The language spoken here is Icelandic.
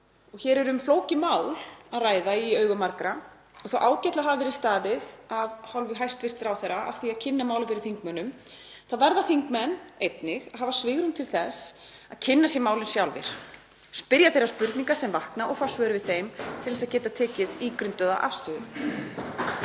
hér er um flókið mál að ræða í augum margra. Þótt ágætlega hafi verið staðið af hálfu hæstv. ráðherra að því að kynna málið fyrir þingmönnum þá verða þingmenn einnig að hafa svigrúm til þess að kynna sér málið sjálfir, spyrja þeirra spurninga sem vakna og fá svör við þeim til að geta tekið ígrundaða afstöðu.